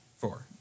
Four